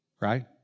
right